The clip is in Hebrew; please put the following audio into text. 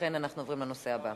ולכן אנחנו עוברים לנושא הבא.